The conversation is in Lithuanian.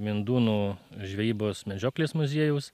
mindūnų žvejybos medžioklės muziejaus